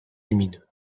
lumineux